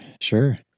Sure